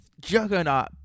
juggernaut